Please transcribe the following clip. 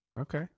Okay